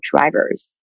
drivers